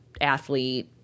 athlete